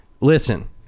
listen